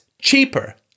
cheaper